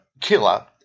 killer